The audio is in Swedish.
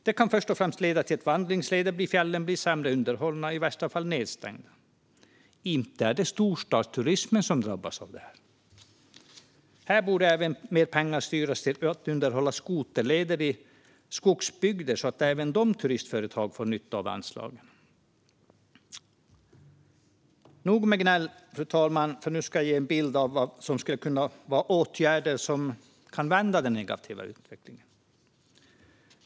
Det kan först och främst leda till att vandringsleder i fjällen blir sämre underhållna och i värsta fall stängda. Inte är det storstadsturismen som drabbas. Här borde även mer pengar styras till att underhålla skoterleder i skogsbygder så att även de turistföretagen får nytta av anslaget. Nog med gnäll, fru talman, nu ska jag ge en bild av vad som skulle kunna vara åtgärder som kan vända den negativa utvecklingen.